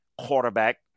quarterback